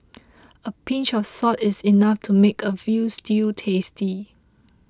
a pinch of salt is enough to make a Veal Stew tasty